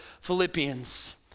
Philippians